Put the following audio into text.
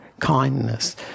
kindness